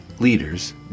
Leaders